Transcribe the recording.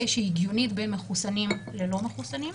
שהיא הגיונית בין מחוסנים ללא מחוסנים,